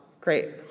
great